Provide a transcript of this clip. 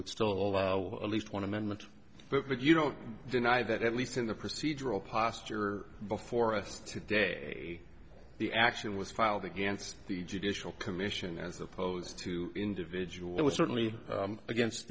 would stall at least one amendment but you don't deny that at least in the procedural posture before us today the action was filed against the judicial commission as opposed to individual it was certainly against